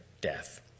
death